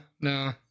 no